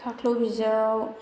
खाख्लौ बिजौ